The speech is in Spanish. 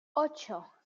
ocho